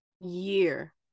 year